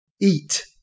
Eat